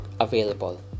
available